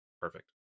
Perfect